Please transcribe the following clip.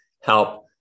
help